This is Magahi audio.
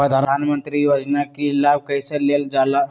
प्रधानमंत्री योजना कि लाभ कइसे लेलजाला?